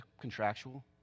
contractual